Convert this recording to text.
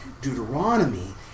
Deuteronomy